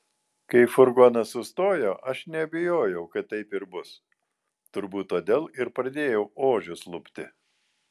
kai furgonas sustojo aš neabejojau kad taip ir bus turbūt todėl ir pradėjau ožius lupti